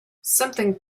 something